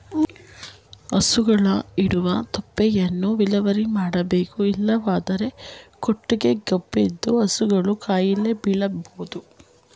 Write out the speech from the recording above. ಹಸುಗಳು ಇಡುವ ತೊಪ್ಪೆಯನ್ನು ವಿಲೇವಾರಿ ಮಾಡಬೇಕು ಇಲ್ಲವಾದರೆ ಕೊಟ್ಟಿಗೆ ಗಬ್ಬೆದ್ದು ಹಸುಗಳು ಕಾಯಿಲೆ ಬೀಳಬೋದು